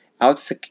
Alex